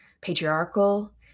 patriarchal